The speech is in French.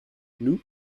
nous